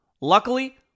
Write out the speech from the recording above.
Luckily